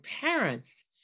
parents